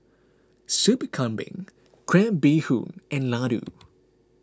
Sup Kambing Crab Bee Hoon and Laddu